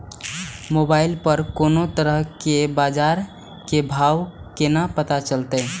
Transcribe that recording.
Mobile पर कोनो तरह के बाजार के भाव केना पता चलते?